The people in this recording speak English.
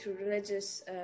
religious